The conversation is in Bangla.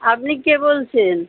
আপনি কে বলছেন